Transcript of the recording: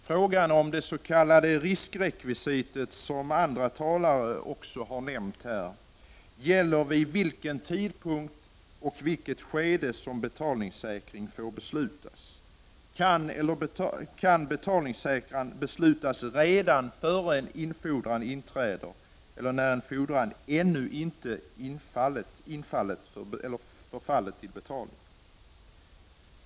Frågan om det s.k. riskrekvisitet, som även föregående talare nämnt, gäller vid vilken tidpunkt eller i vilket skede som betalningssäkring får beslutas. Kan en betalningssäkran beslutas redan innan en fordran inträder eller när en fordran ännu inte förfallit till betalning!